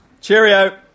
cheerio